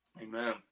Amen